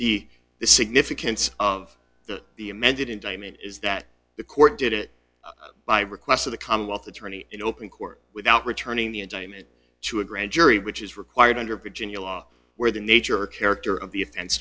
the significance of the the amended indictment is that the court did it by request of the commonwealth attorney in open court without returning the enjoyment to a grand jury which is required under virginia law where the nature character of the